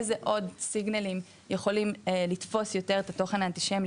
איזה עוד סיגנלים יכולים לתפוס יותר את התוכן האנטישמי,